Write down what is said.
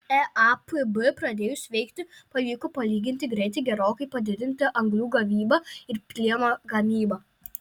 eapb pradėjus veikti pavyko palyginti greitai gerokai padidinti anglių gavybą ir plieno gamybą